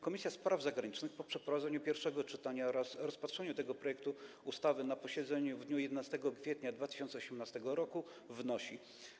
Komisja Spraw Zagranicznych po przeprowadzeniu pierwszego czytania oraz rozpatrzeniu tego projektu ustawy na posiedzeniu w dniu 11 kwietnia 2018 r. wnosi: